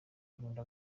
kurinda